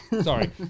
Sorry